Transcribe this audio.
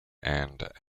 and